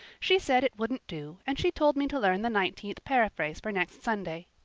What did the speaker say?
she said it wouldn't do and she told me to learn the nineteenth paraphrase for next sunday.